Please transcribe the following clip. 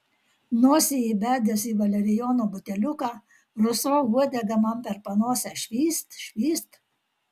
nosį įbedęs į valerijono buteliuką rusva uodega man per panosę švyst švyst